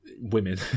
women